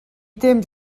temps